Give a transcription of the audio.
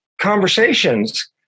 conversations